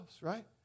right